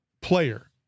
player